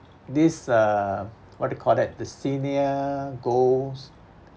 this uh what do you call that the senior goes